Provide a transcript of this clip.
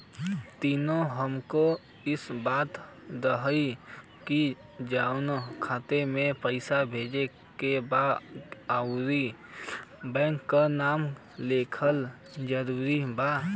तनि हमके ई बता देही की जऊना खाता मे पैसा भेजे के बा ओहुँ बैंक के नाम लिखल जरूरी बा?